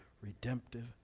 redemptive